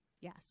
Yes